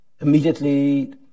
immediately